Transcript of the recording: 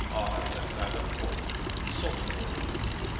i am madame gordeloup sophie gordeloup.